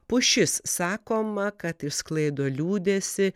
pušis sakoma kad išsklaido liūdesį